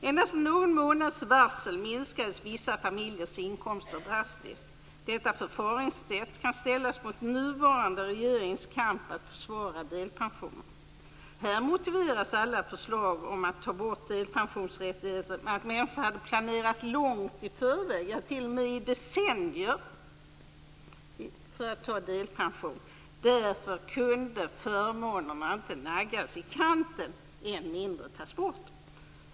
Endast med någon månads varsel minskades vissa familjers inkomster drastiskt. Detta förfaringssätt kan ställas mot den nuvarande regeringens kamp att försvara delpensionerna. Här motiverades alla förslag om att ta bort delpensionsrättigheter med att människor hade planerat långt i förväg - ja, t.o.m. i decennier - att ta delpension. Därför kunde förmånerna inte naggas i kanten, än mindre tas bort.